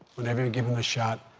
when they've been given the shot,